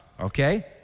okay